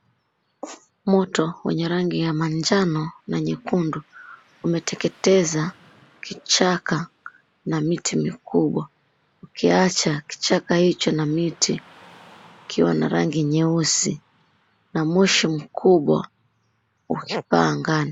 Moto wenye rangi ya manjano na nyekundu umeteketeza kichaka na miti mikubwa, ukiacha kichaka hicho na miti ukiwa na rangi nyeusi na moshi mkubwa ukipaa angani.